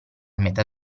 metà